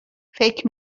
فکر